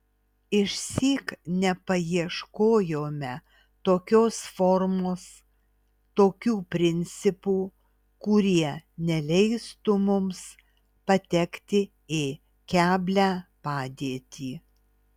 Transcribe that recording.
išsyk nepaieškojome tokios formos tokių principų kurie neleistų mums patekti į keblią padėtį